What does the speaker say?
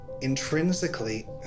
intrinsically